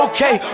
Okay